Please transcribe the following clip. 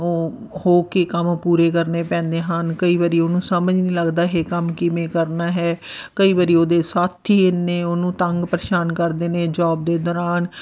ਉਹ ਹੋ ਕੇ ਕੰਮ ਪੂਰੇ ਕਰਨੇ ਪੈਂਦੇ ਹਨ ਕਈ ਵਾਰੀ ਉਹਨੂੰ ਸਮਝ ਨਹੀਂ ਲੱਗਦਾ ਇਹ ਕੰਮ ਕਿਵੇਂ ਕਰਨਾ ਹੈ ਕਈ ਵਾਰੀ ਉਹਦੇ ਸਾਥੀ ਇੰਨੇ ਉਹਨੂੰ ਤੰਗ ਪਰੇਸ਼ਾਨ ਕਰਦੇ ਨੇ ਜੋਬ ਦੇ ਦੌਰਾਨ